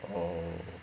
oh